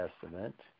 testament